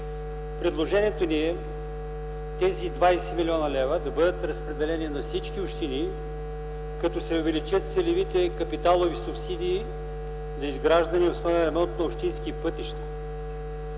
Предложението ни е тези 20 млн. лв. да бъдат разпределени на всички общини, като се увеличат целевите капиталови субсидии за изграждане и основен ремонт на общинските пътища.